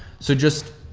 so just,